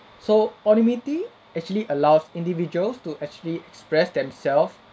so anonymity actually allows individuals to actually express themself